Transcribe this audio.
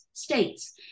states